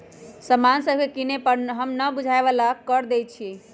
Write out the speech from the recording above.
समान सभके किने पर हम न बूझाय बला कर देँई छियइ